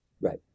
Right